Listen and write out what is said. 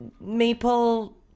Maple